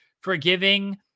forgiving